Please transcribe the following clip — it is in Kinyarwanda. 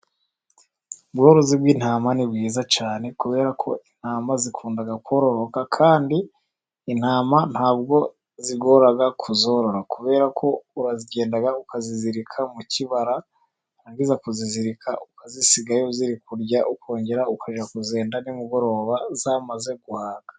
Ubworozi bw'intama ni bwiza cyane kubera ko intama zikunda kororoka kandi intama ntabwo zigora kuzorora, kubera ko uragenda ukazizirika mu kibara, warangiza kuzizirika ukazisigayo ziri kurya ukongera ukajya kuzenda nimugoroba zamaze guhaga.